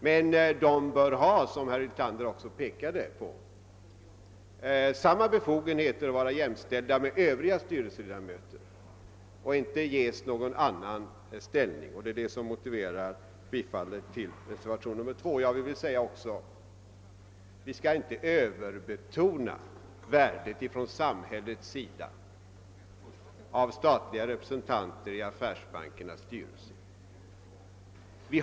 Men de bör, som herr Hyltander också framhöll, ha samma befogenheter som och vara jämställda med övriga styrelseledamöter och inte ges någon annan ställning. Det är detta som har motiverat yrkandet om bifall till reservationen 2. Vi skall inte överbetona värdet av statliga representanter i affärsbankernas styrelser.